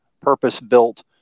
purpose-built